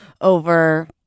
over